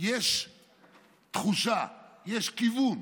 יש תחושה, יש כיוון.